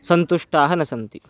सन्तुष्टाः न सन्ति